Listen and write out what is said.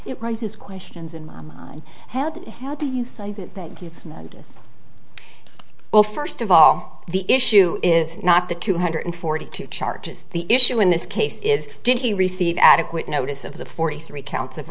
it raises questions in my mind how did it how do you say that that gives notice well first of all the issue is not the two hundred forty two charges the issue in this case is did he receive adequate notice of the forty three counts of